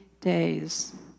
days